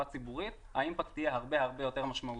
ציבורית האימפקט יהיה הרבה-הרבה יותר משמעותי.